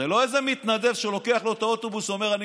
זה לא איזה מתנדב שלוקח לו את האוטובוס ואומר: אני